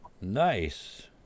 Nice